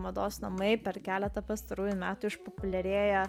mados namai per keletą pastarųjų metų išpopuliarėję